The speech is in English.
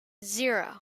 zero